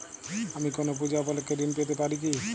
আমি কোনো পূজা উপলক্ষ্যে ঋন পেতে পারি কি?